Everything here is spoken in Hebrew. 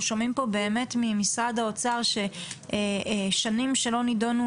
שומעים פה באמת ממשרד האוצר ששנים שלא נידונו